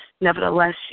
nevertheless